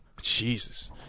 jesus